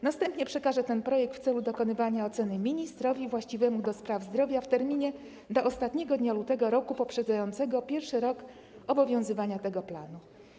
Następnie przekaże ten projekt w celu dokonania oceny ministrowi właściwemu do spraw zdrowia w terminie do ostatniego dnia lutego roku poprzedzającego pierwszy rok obowiązywania tego planu.